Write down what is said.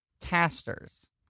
casters